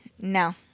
No